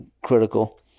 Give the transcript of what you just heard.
critical